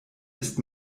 ist